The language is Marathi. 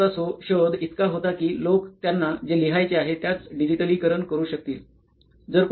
कीबोर्डचा शोध इतका होता कि लोक त्यांना जे लिहायचे आहे त्याच डिजिटलीकरण करू शकतील